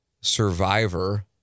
survivor